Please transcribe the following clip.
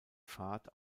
fahrt